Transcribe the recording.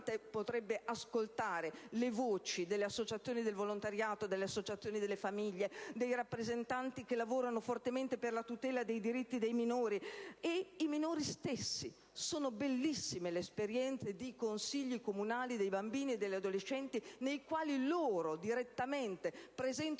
possa ascoltare le voci delle associazioni del volontariato, delle associazioni delle famiglie, dei rappresentanti dei soggetti che lavorano per la tutela dei diritti dei minori e i minori stessi. Sono bellissime le esperienze di consigli comunali dei bambini e degli adolescenti, nei quali i giovani direttamente presentano